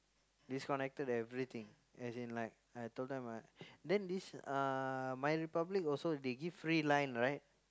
disconnected everything as in like I told them ah then this uh My-Republic also they give free line right